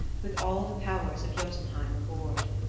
with all the powers of jotunheim aboard.